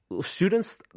Students